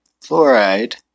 Fluoride